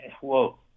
whoa